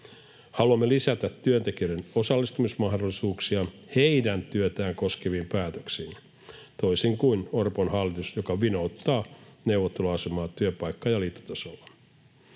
Haluamme lisätä työntekijöiden osallistumismahdollisuuksia heidän työtään koskeviin päätöksiin, toisin kuin Orpon hallitus, joka vinouttaa neuvotteluasemaa työpaikka- ja liittotasolla.